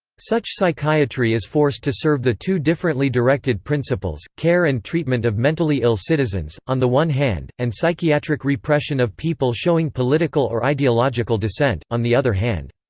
such psychiatry is forced to serve the two differently directed principles care and treatment of mentally ill citizens, on the one hand, and psychiatric repression of people showing political or ideological dissent, on the other hand.